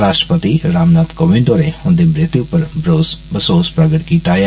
राश्ट्रपति रामनाथ कोविन्द होरें उदी मृत्यु पर बसोस प्रगट कीता ऐ